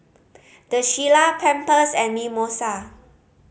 The Shilla Pampers and Mimosa